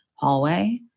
hallway